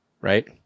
Right